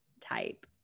type